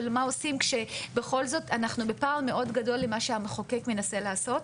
ומה עושים כשאנחנו בכל זאת בפער מאוד גדול ממה שהמחוקק מנסה לעשות?